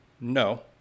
No